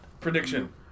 Prediction